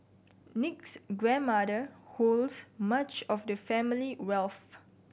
nick's grandmother holds much of the family wealth